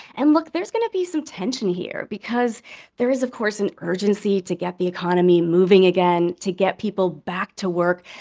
and look. there's going to be some tension here because there is, of course, an urgency to get the economy moving again, to get people back to work.